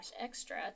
extra